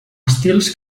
estils